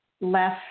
less